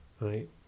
Right